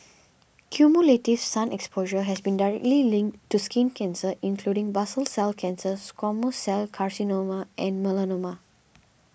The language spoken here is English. cumulative sun exposure has been directly linked to skin cancer including basal cell cancer squamous cell carcinoma and melanoma